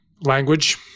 language